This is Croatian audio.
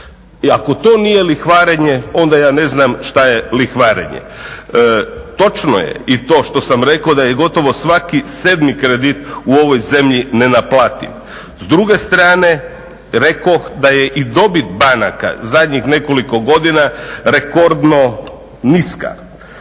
ako to nije lihvarenje onda ja ne znam šta je lihvarenje. Točno je i to što sam rekao da je gotovo svaki sedmi kredit u ovoj zemlji nenaplativ. S druge strane rekoh da je i dobit banaka zadnjih nekoliko godina rekordno niska.